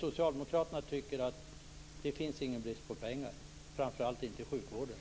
Socialdemokraterna däremot tycker inte att det råder brist på pengar, framför allt inte i sjukvården.